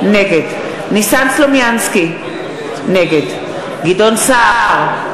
נגד ניסן סלומינסקי, נגד גדעון סער,